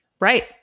Right